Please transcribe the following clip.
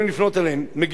מרדכי דהמן,